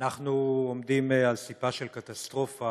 אנחנו עומדים על סיפה של קטסטרופה,